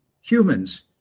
humans